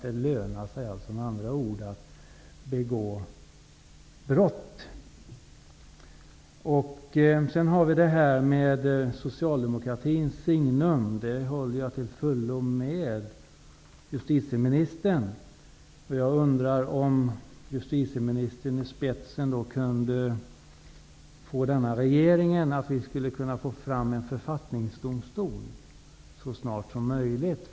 Det lönar sig med andra ord att begå brott. Jag håller till fullo med justitieministern om att detta bär socialdemokratins signum. Jag undrar om justitieministern i spetsen för denna regering kan verka för att vi får fram en författningsdomstol så snart som möjligt.